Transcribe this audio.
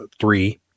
three